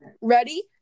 Ready